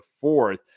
fourth